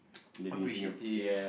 appreciative